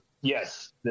yes